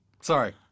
sorry